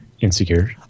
insecure